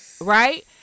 Right